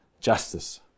justice